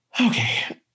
okay